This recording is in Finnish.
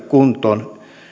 kuntoon